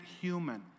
human